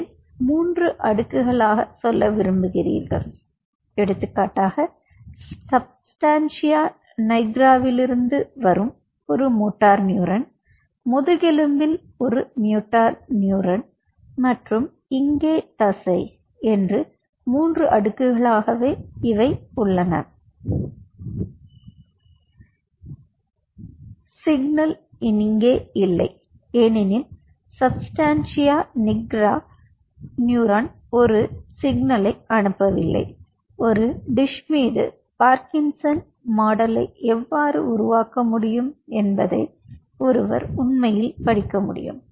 நீங்கள் 3 அடுக்குகளைச் சொல்ல விரும்புகிறீர்கள் எடுத்துக்காட்டாக சப்ஸ்டான்ஷியா நிக்ராவிலிருந்து வரும் ஒரு மோட்டார் நியூரான் முதுகெலும்பில் ஒரு மோட்டார் நியூரான் மற்றும் இங்கே தசை என்று மூன்று அடுக்குகளாக உள்ளது எனவே சிக்னல் இங்கே இல்லை ஏனெனில் சப்ஸ்டான்ஷியா நிக்ரா நியூரான் ஒரு சமிக்ஞையை அனுப்பவில்லை ஒரு டிஷ் மீது பார்கின்சன் Parkinson's மாதிரியை எவ்வாறு உருவாக்க முடியும் என்பதை ஒருவர் உண்மையில் படிக்க முடியும்